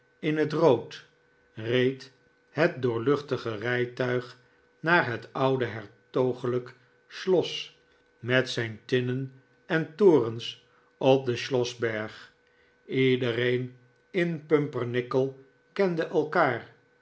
in het rood reed het doorluchtige rijtuig naar het oude hertogelijk schloss met zijn tinnen en torens op den schlossberg iedereen in pumpernickel kende elkaar